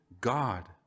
God